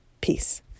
Peace